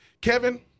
Kevin